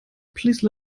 please